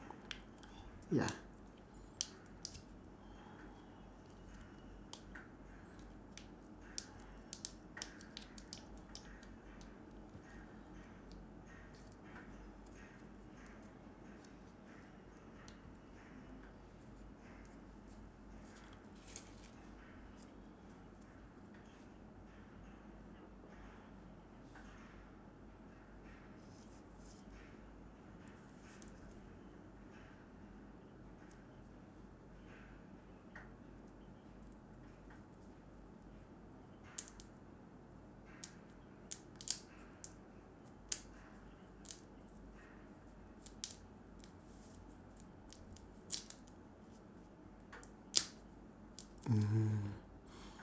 ya